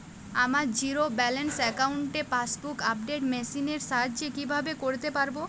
আমার zero balance অ্যাকাউন্টে passbook update machine এর সাহায্যে কীভাবে করতে পারব?